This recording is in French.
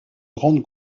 grandes